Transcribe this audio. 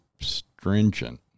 stringent